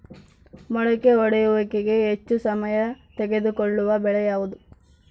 ಮೊಳಕೆ ಒಡೆಯುವಿಕೆಗೆ ಹೆಚ್ಚು ಸಮಯ ತೆಗೆದುಕೊಳ್ಳುವ ಬೆಳೆ ಯಾವುದು?